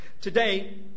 today